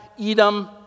Edom